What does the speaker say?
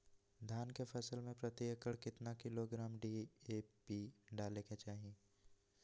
धान के फसल में प्रति एकड़ कितना किलोग्राम डी.ए.पी डाले के चाहिए?